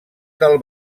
del